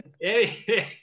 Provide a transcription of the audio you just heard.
hey